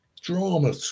drama